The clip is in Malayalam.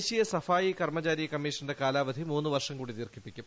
ദേശീയ സഫായി കർമ്മചാരി കമ്മീഷന്റെ കാലാവധി മൂന്ന് വർഷം കൂടി ദീർഘിപ്പിക്കും